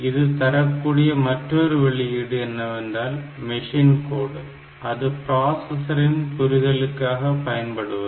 இது தரக்கூடிய மற்றொரு வெளியீடு என்னவென்றால் மெஷின் கோடு அது பிராசசரின் புரிதலுக்காக பயன்படுவது